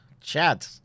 Chad